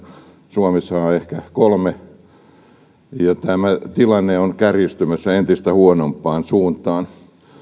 suomessa on ehkä kolme ja tämä tilanne on kärjistymässä entistä huonompaan suuntaan